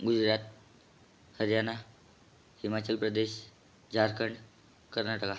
Gujarat Haryana Himachal Pradesh Jharkhand Karnataka